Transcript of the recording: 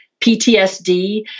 PTSD